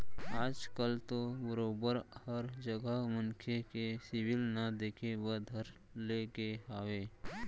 आज कल तो बरोबर हर जघा मनखे के सिविल ल देखे बर धर ले गे हावय